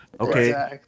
Okay